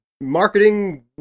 marketing